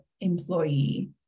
employee